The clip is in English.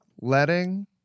letting